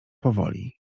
powoli